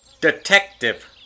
Detective